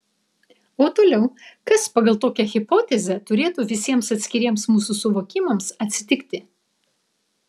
o toliau kas pagal tokią hipotezę turėtų visiems atskiriems mūsų suvokimams atsitikti